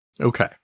Okay